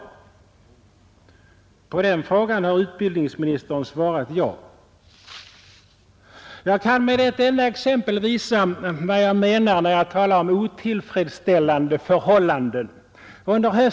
På den frågan har utbildningsministern svarat ja. Jag kan med ett enda exempel visa vad jag menar när jag talar om otillfredsställande förhållanden.